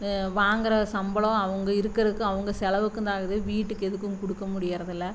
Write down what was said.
வாங்குகிற சம்பளம் அவங்க இருக்கறதுக்கு அவங்க செலவுக்கும் தான் ஆகுது வீட்டுக்கு எதுக்கும் கொடுக்க முடியுறதுல்ல